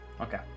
Okay